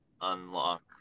unlock